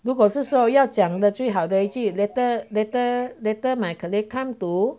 如果是说要讲的最好的一句 later later later my colleague come to